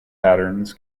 patterns